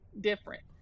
different